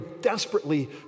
desperately